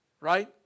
Right